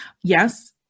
yes